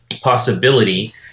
possibility